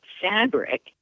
fabric